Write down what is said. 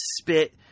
spit